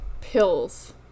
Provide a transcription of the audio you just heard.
pills